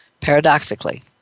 paradoxically